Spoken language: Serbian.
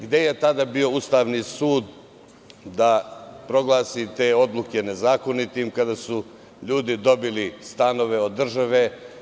Gde je tada bio Ustavni sud da proglasi te odluke nezakonitim kada su ljudi dobili stanove od države?